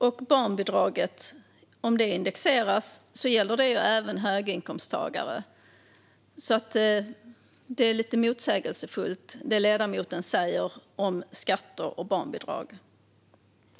Om barnbidraget indexeras gäller det ju även höginkomsttagare, så det ledamoten säger om skatter och barnbidrag är lite motsägelsefullt.